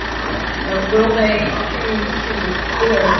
you know will will they choose to either